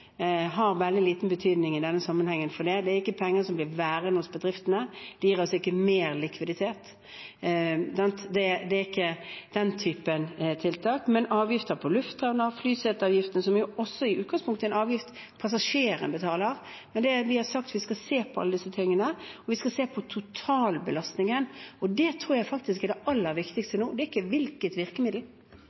har veldig liten betydning i denne sammenhengen, for det er ikke penger som blir værende hos bedriftene. De gir altså ikke mer likviditet. Det gjør ikke den typen tiltak, men avgifter på lufthavner og flyseteavgiften, som også i utgangspunktet er en avgift passasjeren betaler. Vi har sagt vi skal se på alt dette, og vi skal se på totalbelastningen. Det tror jeg faktisk er det aller viktigste nå. Det er ikke hvilket virkemiddel